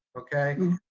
okay?